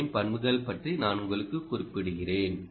ஓவின் பண்புகள் பற்றி நான் உங்களுக்கு குறிப்பிடுகிறேன்